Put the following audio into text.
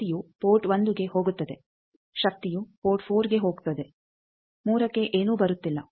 ಶಕ್ತಿಯು ಪೋರ್ಟ್ 1ಗೆ ಹೋಗುತ್ತದೆ ಶಕ್ತಿಯು ಪೋರ್ಟ್ 4ಗೆ ಹೋಗುತ್ತದೆ 3ಕ್ಕೆ ಏನೂ ಬರುತ್ತಿಲ್ಲ